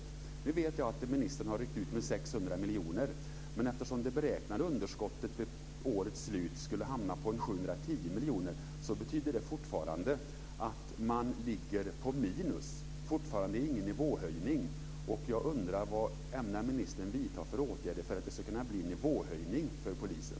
Jag vet att ministern har ryckt ut med 600 miljoner, men eftersom det beräknade underskottet till årets slut skulle hamna på 710 miljoner ligger man fortfarande på minus och har inte fått någon nivåhöjning. Jag undrar vilka åtgärder ministern ämnar vidta för att det ska kunna bli en nivåhöjning för polisen.